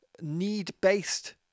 need-based